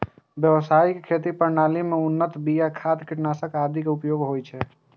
व्यावसायिक खेती प्रणाली मे उन्नत बिया, खाद, कीटनाशक आदिक उपयोग होइ छै